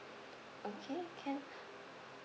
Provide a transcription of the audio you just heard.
okay can